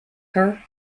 her